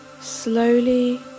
slowly